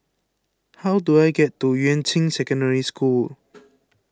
how do I get to Yuan Ching Secondary School